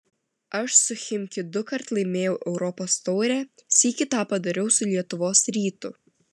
aš su chimki dukart laimėjau europos taurę sykį tą padariau su lietuvos rytu